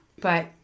But-